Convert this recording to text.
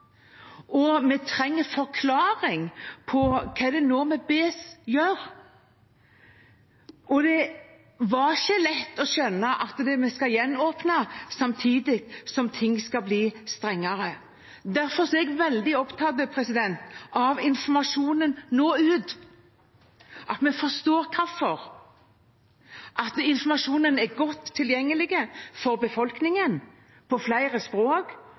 Vi trenger forklaring på hva det er vi nå blir bedt om å gjøre. Det var ikke lett å skjønne at vi skulle gjenåpne, samtidig som ting skal bli strengere. Derfor er jeg veldig opptatt av at informasjonen når ut, at vi forstår hvorfor, at informasjonen er godt tilgjengelig for befolkningen, på flere språk,